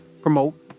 promote